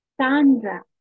Sandra